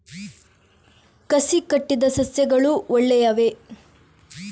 ಕಸಿ ಕಟ್ಟಿದ ಸಸ್ಯಗಳು ಒಳ್ಳೆಯವೇ?